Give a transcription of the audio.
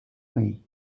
way